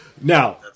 Now